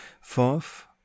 fourth